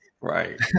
Right